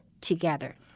together